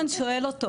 וגיל שואל אותו